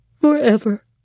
forever